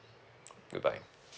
goodbye